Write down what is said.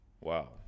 Wow